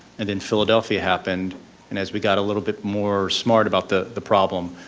and then philadelphia happened, and as we got a little bit more smart about the the problem,